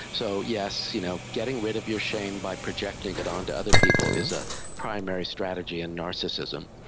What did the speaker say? so yes, you know getting rid of your shame by projecting it onto other people is a primary strategy in narcissism.